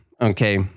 okay